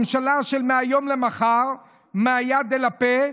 ממשלה של מהיום למחר ומהיד אל הפה.